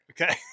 Okay